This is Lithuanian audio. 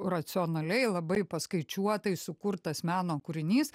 racionaliai labai paskaičiuotai sukurtas meno kūrinys